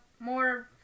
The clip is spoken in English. more